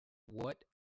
what